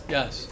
Yes